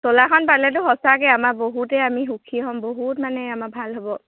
চ'লাৰখন পালেতো সঁচাকৈ আমাৰ বহুতেই আমি সুখী হ'ম বহুত মানে আমাৰ ভাল হ'ব